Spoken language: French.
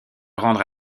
rendre